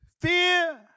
fear